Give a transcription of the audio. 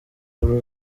uru